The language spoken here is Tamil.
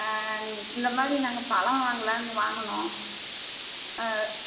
இந்தமாதிரி நாங்கள் பழம் வாங்கலாம்னு வாங்கினோம்